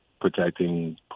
protecting